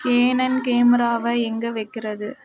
Canon கேமராவை எங்கே வைக்கிறது